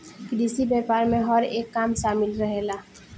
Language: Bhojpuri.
कृषि व्यापार में हर एक काम शामिल रहेला